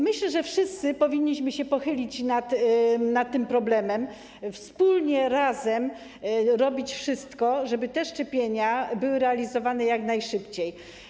Myślę, że wszyscy powinniśmy się pochylić nad tym problemem i wspólnie, razem robić wszystko, żeby te szczepienia były realizowane jak najszybciej.